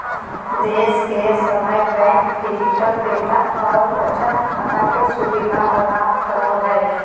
देश के सभे बैंक डिजिटल वेतन और बचत खाता के सुविधा प्रदान करो हय